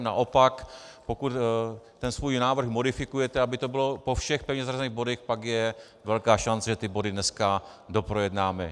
Naopak, pokud ten svůj návrh modifikujete, aby to bylo po všech pevně zařazených bodech, pak je velká šance, že ty body dneska doprojednáme.